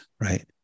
right